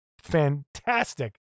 fantastic